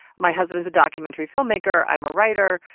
my husband's a documentary filmmaker. i'm a writer.